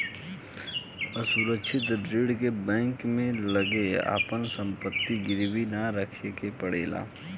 असुरक्षित ऋण में बैंक के लगे आपन संपत्ति गिरवी ना रखे के पड़ेला